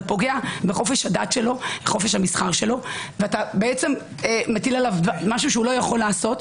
אתה פוגע בחופש המסחר שלו ומטיל עליו משהו שלא יכול לעשות.